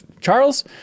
Charles